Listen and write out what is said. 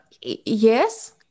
Yes